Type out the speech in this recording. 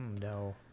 no